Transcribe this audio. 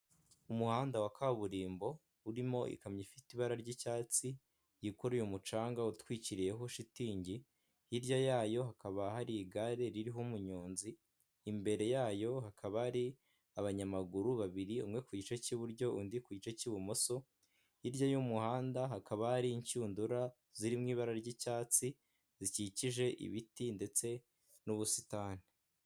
Umuhanda wa kaburimbo urimo ikamyo ifite ibara ry'icyatsi yikuruye umucanga utwikiriyeho shitingi hirya yayo hakaba hari igare ririho umunyonzi imbere yayo hakaba hari abanyamaguru babiri umwe ku gice cy'iburyo undi ku gice cy'ibumoso hirya y'umuhanda hakaba hari inshundura ziri mu ibara ry'icyatsi zikikije ibiti ndetse n'ubusitani.